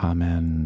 Amen